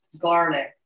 garlic